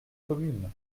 communes